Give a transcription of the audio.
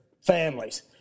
families